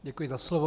Děkuji za slovo.